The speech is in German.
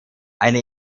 eine